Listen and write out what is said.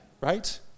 Right